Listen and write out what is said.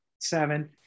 seven